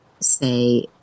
say